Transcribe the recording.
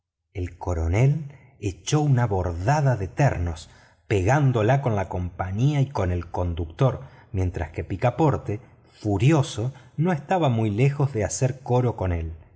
el coronel echó una bordada de temos pegándola con la compañía y con el conductor mientras que picaporte furioso no estaba muy lejos de hacer coro con él